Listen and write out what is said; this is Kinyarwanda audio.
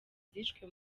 zishwe